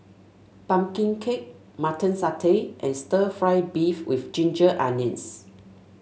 pumpkin cake Mutton Satay and stir fry beef with Ginger Onions